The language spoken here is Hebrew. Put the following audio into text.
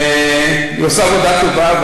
היא עושה עבודה טובה,